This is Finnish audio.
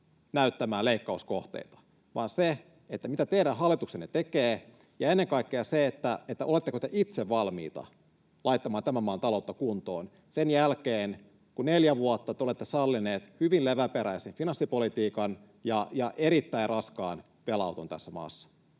näyttämään leikkauskohteita, vaan se, mitä teidän hallituksenne tekee, ja ennen kaikkea se, oletteko te itse valmiita laittamaan tämän maan taloutta kuntoon sen jälkeen, kun neljä vuotta te olette sallineet hyvin leväperäisen finanssipolitiikan ja erittäin raskaan velanoton tässä maassa.